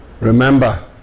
Remember